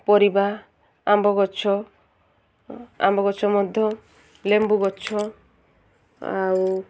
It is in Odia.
ପରିବା ଆମ୍ବ ଗଛ ଆମ୍ବ ଗଛ ମଧ୍ୟ ଲେମ୍ବୁ ଗଛ ଆଉ